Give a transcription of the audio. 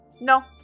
No